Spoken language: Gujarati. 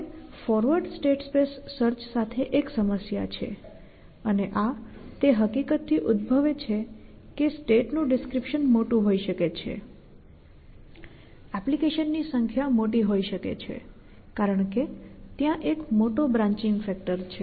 હવે ફોરવર્ડ સ્ટેટ સ્પેસ સર્ચ સાથે એક સમસ્યા છે અને આ તે હકીકતથી ઉદ્ભવે છે કે સ્ટેટનું ડિસ્ક્રિપ્શન મોટું હોઈ શકે છે એપ્લિકેશનની સંખ્યા મોટી હોઈ શકે છે કારણકે ત્યાં એક મોટો બ્રાંન્ચિંગ ફેક્ટર છે